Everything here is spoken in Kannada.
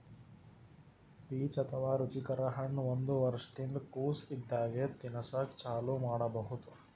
ಪೀಚ್ ಅಥವಾ ರುಚಿಕರ ಹಣ್ಣ್ ಒಂದ್ ವರ್ಷಿನ್ದ್ ಕೊಸ್ ಇದ್ದಾಗೆ ತಿನಸಕ್ಕ್ ಚಾಲೂ ಮಾಡಬಹುದ್